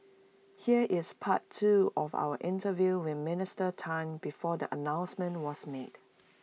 here is part two of our interview with Minister Tan before the announcement was made